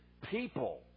people